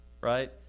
right